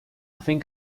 think